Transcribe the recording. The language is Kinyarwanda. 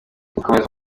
komeza